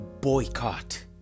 Boycott